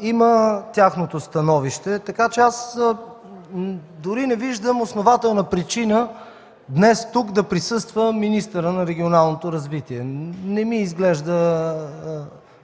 Има тяхното становище, така че аз дори не виждам основателна причина днес тук да присъства министърът на регионалното развитие. Не ми изглежда